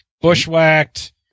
bushwhacked